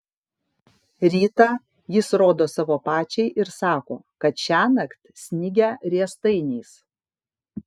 rytą jis rodo savo pačiai ir sako kad šiąnakt snigę riestainiais